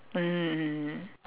mm mm